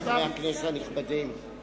חברי הכנסת הנכבדים,